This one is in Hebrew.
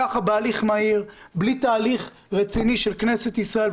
כך בהליך מהיר, בלי התהליך רציני של כנסת ישראל.